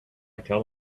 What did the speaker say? tell